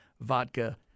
vodka